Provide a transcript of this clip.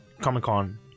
Comic-Con